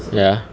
ya